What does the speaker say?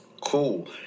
cool